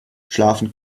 schlafen